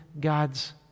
God's